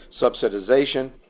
subsidization